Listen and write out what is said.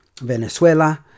Venezuela